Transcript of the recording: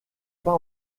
pas